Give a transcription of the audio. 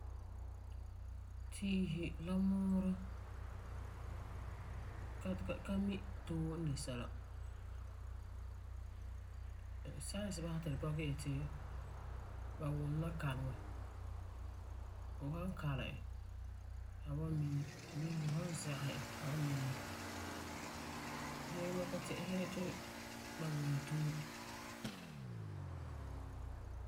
Tiisi la muurɔ ka ka mi to'o n de sɛla. Science basɛ ti tu bɔkɛ yeti ba wuni la kaleŋɔ. Fu san kalam e, a wan miim bii fu san zɛgesɛ e a wan miina gee mam ka ti'isɛ ti ba wuni too.